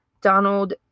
Donald